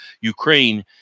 Ukraine